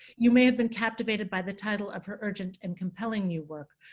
you may have been captivated by the title of her urgent and compelling new work,